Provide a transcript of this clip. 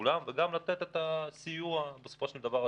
לכולם וגם לתת את הסיוע הנדרש,